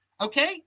okay